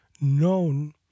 known